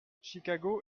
chicago